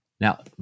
Now